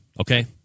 okay